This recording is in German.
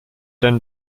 denn